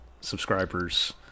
subscribers